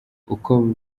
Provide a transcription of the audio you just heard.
uko